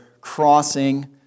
crossing